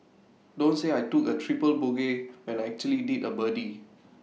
don't say I took A triple bogey when I actually did A birdie